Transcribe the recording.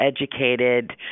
educated